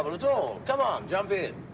but at all. come on. jump in.